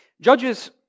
Judges